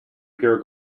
pure